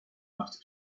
must